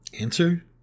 Answer